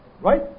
Right